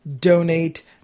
donate